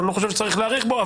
אני לא חושב שצריך להאריך בו,